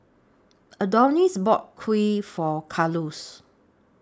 Adonis bought Kheer For Carlos